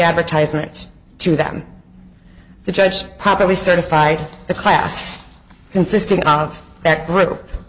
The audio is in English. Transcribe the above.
advertisements to them the judge properly certified a class consisting of that group